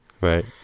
Right